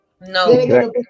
No